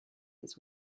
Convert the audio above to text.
his